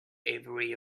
every